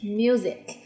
music